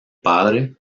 padre